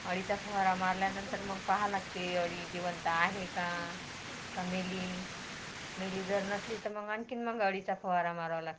अळीचा फवारा मारल्यानंतर मग पहावे लागते अळी जीवंत आहे का का मेली मेली जर नसली तर मग आणखीन मग अळीचा फवारा मारावा लागते